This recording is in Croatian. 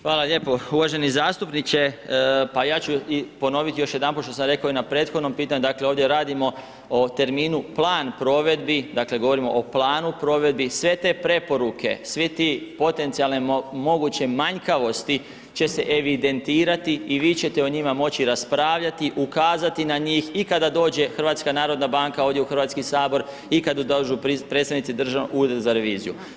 Hvala lijepo, uvaženi zastupniče, pa ja ću i ponovit još jedanput što sam rekao i na prethodnom pitanju, dakle ovdje radimo o terminu plan provedbi, dakle govorimo o planu provedbu, sve te preporuke, svi ti potencijalne moguće manjkavosti će se evidentirati i vi ćete o njima moći raspravljati, ukazati na njih i kada dođe HNB ovdje u Hrvatski sabor i kada dođu predstavnici Državnog ureda za reviziju.